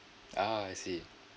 oh I see